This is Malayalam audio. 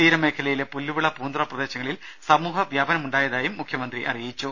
തീരമേഖലയിലെ പുല്ലുവിള പൂന്തുറ പ്രദേശങ്ങളിൽ സമൂഹ വ്യാപനമുണ്ടായതായി മുഖ്യമന്ത്രി പറഞ്ഞു